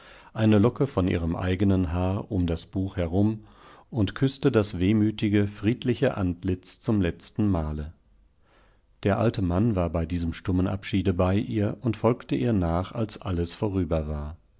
eine locke von ihrem eigenen haar um das buch herum und küßte das wehmütige friedliche antlitz zumletztenmale der alte mann war bei diesem stummen abschiede bei ihr und folgte ihr nach als allesvorüberwar